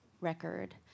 record